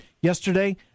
yesterday